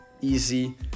Easy